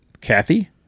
kathy